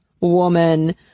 woman